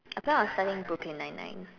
I feel like on starting Brooklyn nine nine